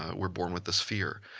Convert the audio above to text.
we're born with this fear.